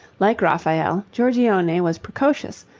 like raphael, giorgione was precocious,